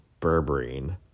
berberine